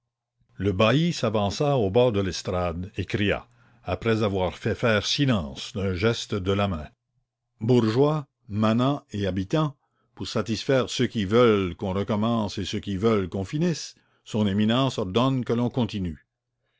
le bailli s'avança au bord de l'estrade et cria après avoir fait faire silence d'un geste de la main bourgeois manants et habitants pour satisfaire ceux qui veulent qu'on recommence et ceux qui veulent qu'on finisse son éminence ordonne que l'on continue